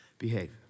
behave